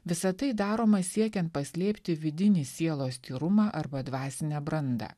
visa tai daroma siekiant paslėpti vidinį sielos tyrumą arba dvasinę brandą